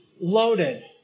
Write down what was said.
loaded